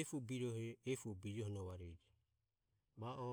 efue birohe efue bijioho novareje va o